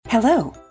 Hello